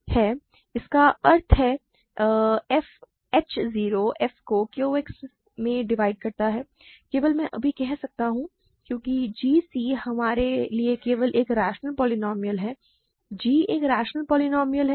इसका अर्थ है कि h 0 f को Q X में डिवाइड करता है केवल मैं अभी कह सकता हूं क्योंकि g c हमारे लिए केवल एक रैशनल पोलीनोमिअल है g एक रैशनल पोलीनोमिअल है